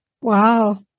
Wow